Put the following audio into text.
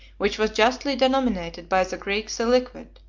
which was justly denominated by the greeks the liquid,